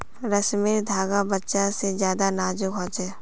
रेसमर धागा बच्चा से ज्यादा नाजुक हो छे